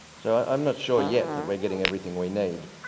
so i'm not sure yet that we're getting everything we need.